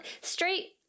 Straight